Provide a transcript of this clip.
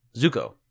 Zuko